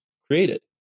created